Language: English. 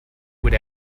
would